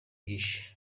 byinshi